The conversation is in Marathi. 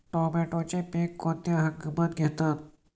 टोमॅटोचे पीक कोणत्या हंगामात घेतात?